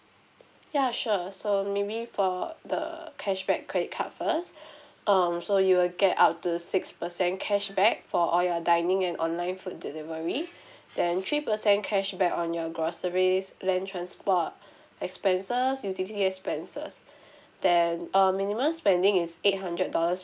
ya sure so maybe for the cashback credit card first um so you will get up to six percent cashback for all your dining and online food delivery then three percent cashback on your groceries plane transport expenses utility expenses then a minimum spending is eight hundred dollars